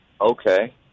Okay